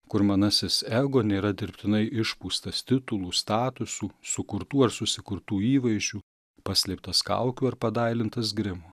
kur manasis ego nėra dirbtinai išpūstas titulų statusų sukurtų ar susikurtų įvaizdžių paslėptas kaukių ir padailintas grimo